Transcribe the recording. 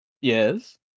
yes